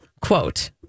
Quote